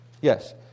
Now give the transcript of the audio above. Yes